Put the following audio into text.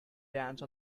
dance